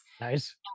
Nice